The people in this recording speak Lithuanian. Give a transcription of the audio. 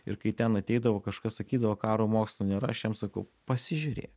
ir kai ten ateidavo kažkas sakydavo karo mokslų nėra aš jam sakau pasižiūrė